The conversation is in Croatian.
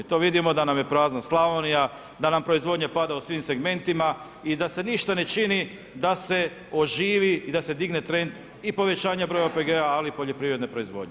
To vidimo da nam je prazna Slavonija, da nam proizvodnja pada u svim segmentima i da se ništa ne čini da se oživi i da se digne trend i povećanja broja OPG-a, ali i poljoprivredne proizvodnje.